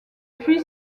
puits